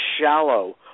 shallow